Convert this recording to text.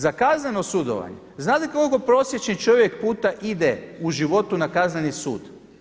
Za kazneno sudovanje, znadete koliko prosječni čovjek puta ide u životu na Kazneni sud?